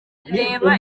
reba